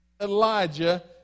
Elijah